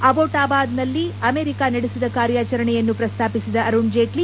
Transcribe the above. ಅಬೋಟಾಬಾದ್ನಲ್ಲಿ America ನಡೆಸಿದ ಕಾರ್ಯಾಚರಣೆಯನ್ನು ಶ್ರಸ್ತಾಪಿಸಿದ ಅರುಣ್ ಜೇಟ್ಲ